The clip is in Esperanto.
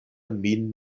min